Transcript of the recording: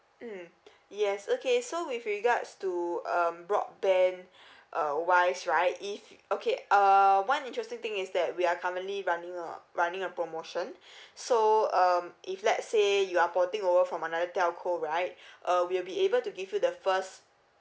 mm yes okay so with regards to um broadband uh wise right if okay err one interesting thing is that we are currently running a running a promotion so um if let say you are porting over from another telco right uh we will be able to give you the first